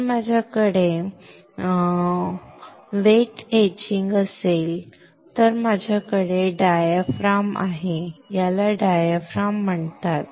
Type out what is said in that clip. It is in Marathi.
जर माझ्याकडे ओले कोरीव काम असेल तर माझ्याकडे डायाफ्राम आहे याला डायाफ्राम ठीक म्हणतात